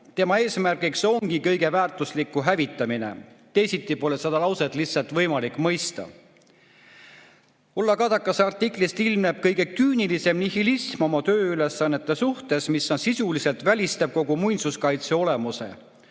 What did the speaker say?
eesmärk ongi kõik väärtuslik hävitada! Teisiti pole seda lauset võimalik mõista. Kadaka [...] artiklist ilmneb kõige küünilisem nihilism oma tööülesannete suhtes, mis sisuliselt välistab kogu muinsuskaitse olemuse.